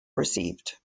received